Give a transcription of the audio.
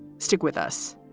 stick with us